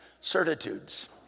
certitudes